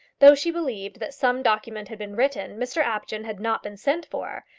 though she believed that some document had been written, mr apjohn had not been sent for,